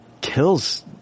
kills